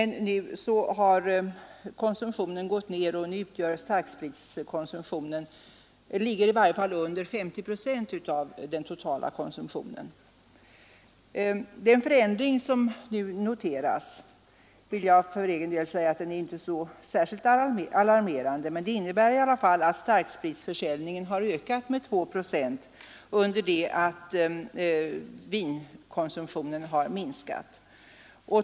Nu har starkspritskonsumtionen gått ner och ligger i varje fall under 50 procent av den totala spritkonsumtionen. Den förändring som nu senast noterats är väl inte så särskilt alarmerande, men den innebär i alla fall att starkspritsförsäljningen ökat med 2 procent under det att vinkonsumtionen har minskat.